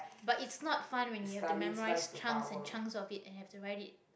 but it's not fun when you have to memorise chunks and chunks of it and have to write it